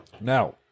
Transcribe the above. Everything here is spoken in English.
Now